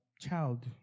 child